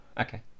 Okay